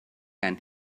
and